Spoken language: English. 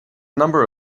number